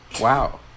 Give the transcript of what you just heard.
Wow